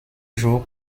jours